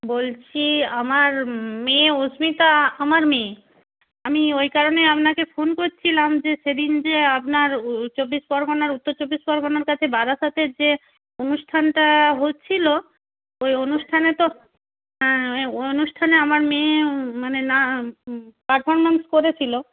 বলছি আমার মেয়ে অস্মিতা আমার মেয়ে আমি ওই কারণেই আপনাকে ফোন করছিলাম যে সেদিন যে আপনার চব্বিশ পরগনার উত্তর চব্বিশ পরগনার কাছে বারাসাতের যে অনুষ্ঠানটা হচ্ছিল ওই অনুষ্ঠানে তো হ্যাঁ অনুষ্ঠানে আমার মেয়ে মানে না পারফরমেন্স করেছিল